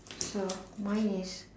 so mine is